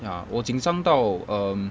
ya 我紧张到 um